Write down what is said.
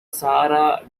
sara